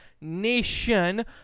Nation